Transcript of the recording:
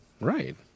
Right